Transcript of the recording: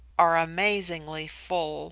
are amazingly full